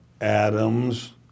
Adams